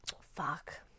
Fuck